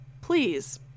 please